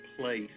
place